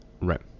Right